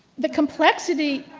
the complexity